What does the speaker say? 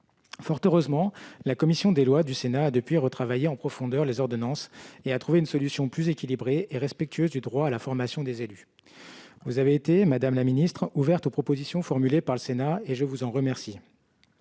Fort heureusement, la commission des lois du Sénat a depuis retravaillé en profondeur les ordonnances, trouvant une solution plus équilibrée et respectueuse du droit à la formation des élus. Madame la ministre, vous avez été ouverte aux propositions formulées par le Sénat, et je vous en remercie.